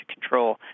control